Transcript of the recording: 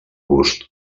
gust